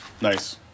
Nice